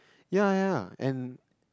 ya ya ya and